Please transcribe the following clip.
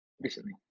Recently